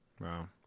Wow